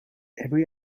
every